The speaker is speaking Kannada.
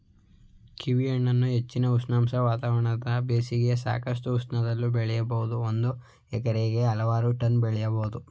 ಕೀವಿಹಣ್ಣನ್ನು ಹೆಚ್ಚಿನ ಉಷ್ಣಾಂಶ ವಾತಾವರಣದ ಬೇಸಿಗೆಯ ಸಾಕಷ್ಟು ಉಷ್ಣದಲ್ಲೂ ಬೆಳಿಬೋದು ಒಂದು ಹೆಕ್ಟೇರ್ಗೆ ಹಲವಾರು ಟನ್ ಬೆಳಿಬೋದು